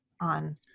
on